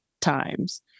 times